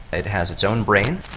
it has its own brain.